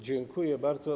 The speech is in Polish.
Dziękuję bardzo.